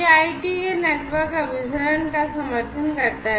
यह आईटी के नेटवर्क अभिसरण का समर्थन करता है